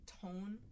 tone